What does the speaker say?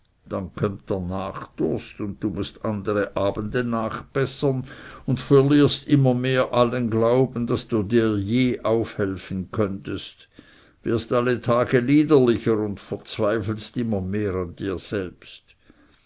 dann kömmt der nachdurst und du mußt andere abende nachbessern und verlierst immer mehr allen glauben daß du dir je auf helfen könnest wirst alle tage liederlicher und verzweifelst immer mehr an dir selbst